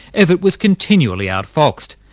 evatt was continually outfoxed,